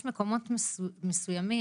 יש מקומות מסוימים.